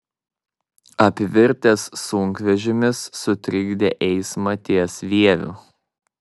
apvirtęs sunkvežimis sutrikdė eismą ties vieviu